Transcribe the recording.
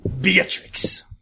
Beatrix